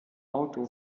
auto